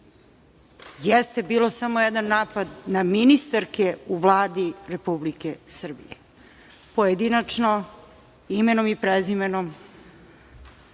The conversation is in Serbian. jeste bio samo jedan napad na ministrake u Vladi Republike Srbije, pojedinačno, imenom i prezimenom,